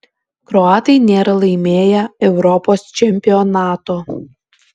kroatai nėra laimėję europos čempionato